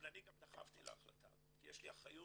אבל אני גם דחפתי להחלטה הזאת כי יש לי אחריות